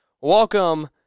Welcome